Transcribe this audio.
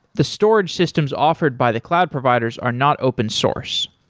the storage systems offered by the cloud providers are not open source.